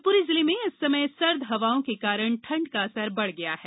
शिवपुरी जिले में इस समय सर्द हवाओं के कारण ठंड का असर बढ़ गया है